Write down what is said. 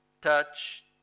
touch